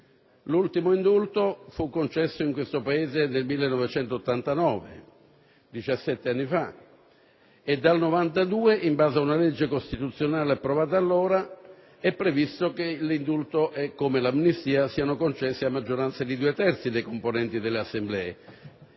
l'ultimo indulto fu concesso in questo Paese nel 1989, diciassette anni fa; e dal 1992, in base ad una legge costituzionale approvata allora, è previsto che l'indulto come l'amnistia siano concessi a maggioranza dei due terzi dei componenti delle Assemblee.